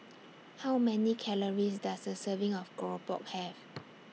How Many Calories Does A Serving of Keropok Have